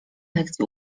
lekcji